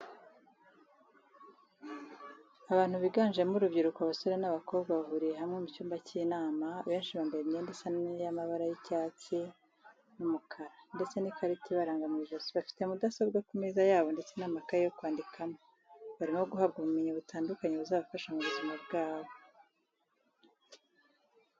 Abantu biganjemo urubyiruko abasore n'abakobwa bahuriye hamwe mu cyumba cy'inama abenshi bambaye imyenda isa y'amabara y'icyatsi n'umukara ndetse n'ikarita ibaranga mw'ijosi bafite mudasobwa ku meza yabo ndetse n'amakaye yo kwandikamo, barimo guhabwa ubumenyi butandukanye buzabafasha mu buzima bwabo.